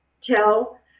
Tell